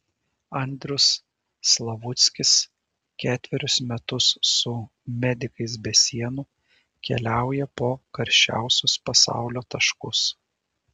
andrius slavuckis ketverius metus su medikais be sienų keliauja po karščiausius pasaulio taškus